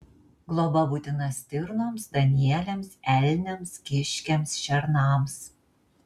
globa būtina stirnoms danieliams elniams kiškiams šernams